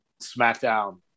SmackDown